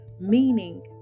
meaning